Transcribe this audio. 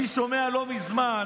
אני שומע לא מזמן